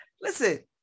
Listen